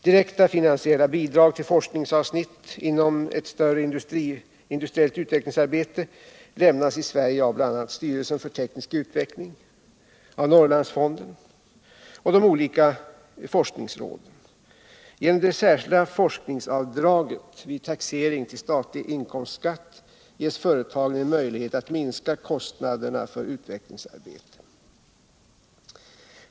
Direkta finansiella bidrag till forskningsavsnitt inom ett större industriellt utvecklingsarbete lämnas i Sverige av bl.a. styrelsen för teknisk utveckling, Norrlandsfonden och de olika forskningsråden. Genom det särskilda forskningsavdraget vid taxering till statlig inkomstskatt ges företagen en möjlighet att minska kostnaderna för utvecklingsarbete.